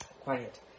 Quiet